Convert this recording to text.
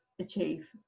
achieve